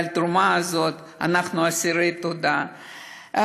ועל התרומה הזאת אנחנו אסירי תודה.